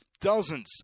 Dozens